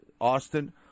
Austin